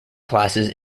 classes